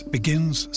Begins